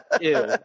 ew